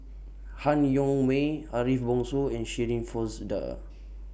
Han Yong May Ariff Bongso and Shirin Fozdar